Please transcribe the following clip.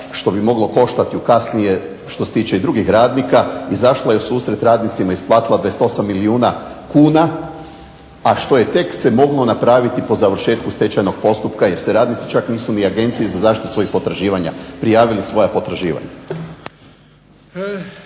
što bi moglo koštati kasnije što se tiče drugih radnika, izašla je u susret radnicima, isplatila 28 milijuna kuna, a što je tek se moglo napraviti po završetku stečajnog postupka jer se radnici čak nisu ni agenciji za zaštitu svojih potraživanja prijavili svoja potraživanja.